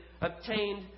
obtained